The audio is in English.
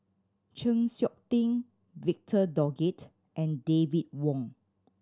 Chng Seok Tin Victor Doggett and David Wong